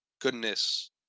goodness